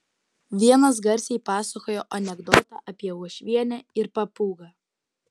vienas garsiai pasakojo anekdotą apie uošvienę ir papūgą